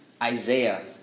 Isaiah